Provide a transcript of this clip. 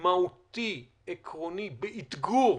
מהותי ועקרוני באתגור